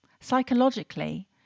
Psychologically